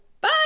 bye